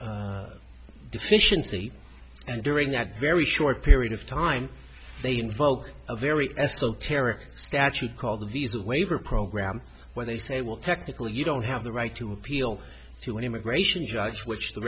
deficiency and during that very short period of time they invoke a very esoteric statute called the visa waiver program where they say well technically you don't have the right to appeal to an immigration judge which the